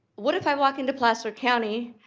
what if i walk into plaster county,